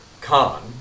Khan